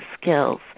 skills